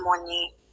money